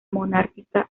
monárquica